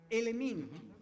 elementi